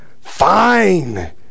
Fine